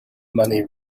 money